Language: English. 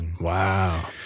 Wow